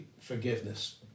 forgiveness